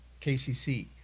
KCC